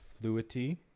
fluidity